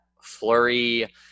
flurry –